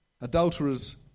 adulterers